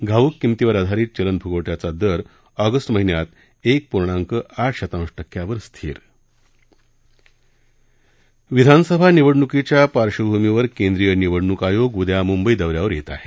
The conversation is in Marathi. घाऊक किमतीवर आधारित चलनफ्गवट्याचा दर ऑगस्ट महिन्यात एक पूर्णांक आठ शतांश टक्क्यावर स्थिर विधानसभा निवडण्कीच्या पार्श्वभूमीवर केंद्रीय निवडण्क आयोग उदया मुंबई दौऱ्यावर येत आहे